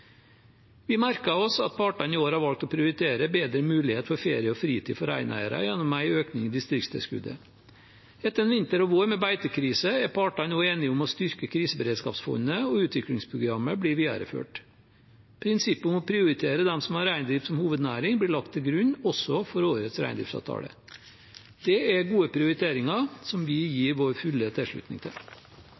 Vi merket oss at partene i år har valgt å prioritere bedre mulighet for ferie og fritid for reineiere gjennom en økning i distriktstilskuddet. Etter en vinter og vår med beitekrise er partene nå enige om å styrke kriseberedskapsfondet, og utviklingsprogrammet blir videreført. Prinsippet om å prioritere dem som har reindrift som hovednæring, blir lagt til grunn også for årets reindriftsavtale. Det er gode prioriteringer som vi gir vår fulle tilslutning til.